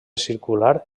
circular